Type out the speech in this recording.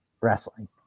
wrestling